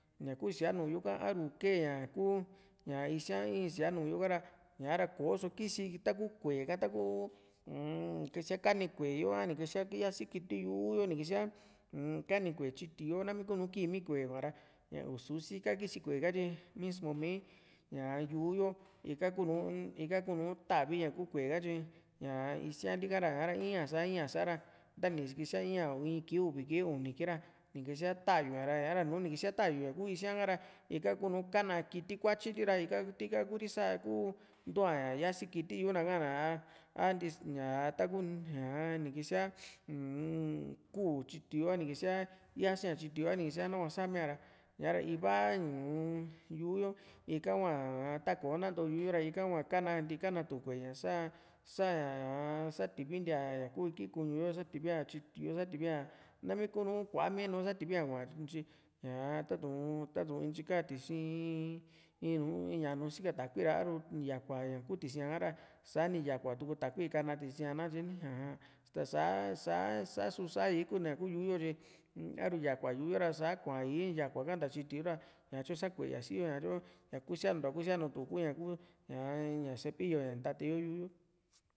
ña kuu síaa nu´u yo ha a´ru ni kee ña kuu isiáa ha in sía nu´u yoka ra ña´ra koso kisi ta ku ku´e ha taku uu- m ni kisíaa kani ku´e yo a ni kisíaa yasi kiti yu´u a a ni kisíaa kani kué tyiti yo nami ku´nu kiimi kué kua ñara u´su sika kisi kuea tyi mismi mi ña yu´u yo ika kunu ika kunu tavi ña kuu ku´e ka tyi ña iasíali ka ra ña´ra ii sa ii sa ra tani kisíaa in´a in kii uvi kii uni kii ra ni kisíaa ta´yu ña ra ra nùù ni kisíaa ta´yu ña kuu isía ka ra ika ku´nu ka´na kiti kuatyili ra ika kunu tika kuuri sa´a ku ntua ña yasi kiti yu´u ná kanara a taku ñaa ni kisa uu-m kuu tyiti yo a nikisíaa yasía tyitiyo a ni kisíaa nahua saa mía´ra ñaa ra iva uu-n yu´u yo ika huaa tako nanto yu´u yo ra ika hua kananti kana tu ku´e ña sá saña ñaa sativintia ñaku iki kuñu yo ra sativía tyiti yo sativía nami kuunu kua mi nùù sativía kuaña tyi ña tatu´n tatu´n ntyi ka tisi ii´n ña nùù sika takui ra a´ru yakua ña kuu tisi´n a´ra sani yakua tuku takuiikana tisíaa na katyeni aja ta sa sa sa susa´i kuu ña kuu yu´u yo tyi a´ru yakua yu´u yo ra sa kuaa´i yakua ha nta tyiti yo ra ñatyu sa kuee si´yo ña kusianuntua kuu ña cepillo ntateyo yu´u yo